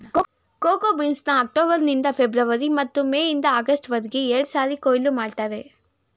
cocoa ಬೀನ್ಸ್ನ October ನಿಂದ February ಮತ್ತು ಮೇ ಇಂದ ಆಗಸ್ಟ್ ವರ್ಗೆ ಎರಡ್ಸಾರಿ ಕೊಯ್ಲು ಮಾಡ್ತರೆ